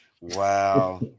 Wow